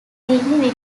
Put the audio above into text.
sydney